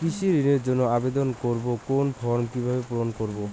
কৃষি ঋণের জন্য আবেদন করব কোন ফর্ম কিভাবে পূরণ করব?